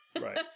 right